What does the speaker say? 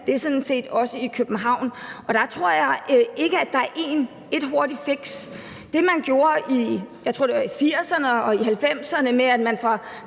det er sådan set også i København. Og der tror jeg ikke, at der er ét hurtigt fix. I 1980'erne og 1990'erne gjorde man det